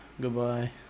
goodbye